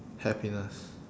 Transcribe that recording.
happiness